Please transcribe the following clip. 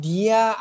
Dia